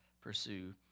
pursue